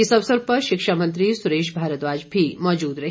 इस अवसर पर शिक्षामंत्री सुरेश भारद्वाज भी मौजूद रहे